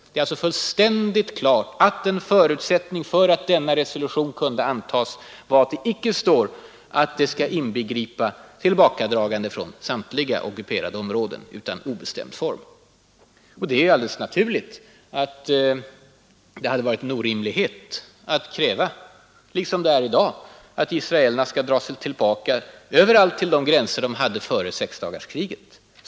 Det är alltså fullständigt klart att en förutsättning för att denna resolution kunde antas var att det icke står att den skall inbegripa tillbakadragande från samtliga ockuperade områden, utan att det är obestämd form. Och det är alldeles naturligt att det hade varit en orimlighet att kräva, liksom det är i dag, att israelerna skall dra sig tillbaka överallt till de gränser de hade före sexdagarskriget.